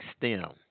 STEM